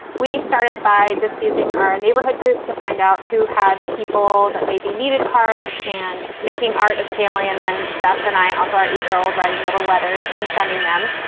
we started by just using our neighborhood group to find out who had people that maybe needed cards and making art as family. and then jeff and i and also our eight year old writing little letters and sending them.